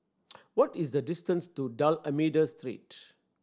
what is the distance to D'Almeida Street